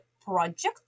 project